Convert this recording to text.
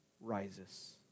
rises